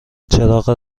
چراغ